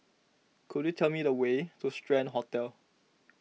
could you tell me the way to Strand Hotel